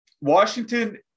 Washington